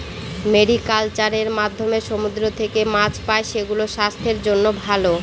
mariculture এর মাধ্যমে সমুদ্র থেকে মাছ পাই, সেগুলো স্বাস্থ্যের জন্য ভালো